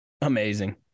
Amazing